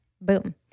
Boom